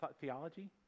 theology